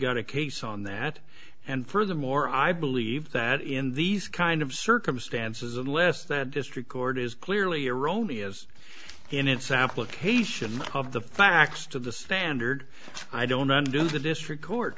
got a case on that and furthermore i believe that in these kind of circumstances unless that district court is clearly erroneous in its application of the facts to the standard i don't under the district court